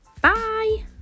Bye